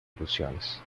ilusiones